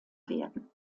werden